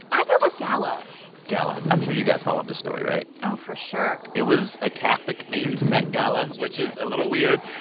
i'd go with gala gala. i'm sure you guys followed this story, right? oh, for sure it was a catholic-themed met gala. genius. which is a little weird.